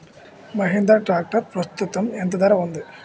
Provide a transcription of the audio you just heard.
Mahindra tractor ప్రస్తుతం ఎంత ధర ఉంది?